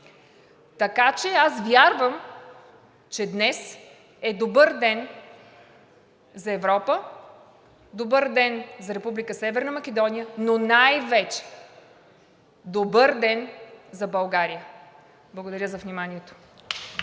посока. Аз вярвам, че днес е добър ден за Европа, добър ден за Република Северна Македония, но най-вече – добър ден за България. Благодаря за вниманието.